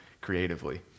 creatively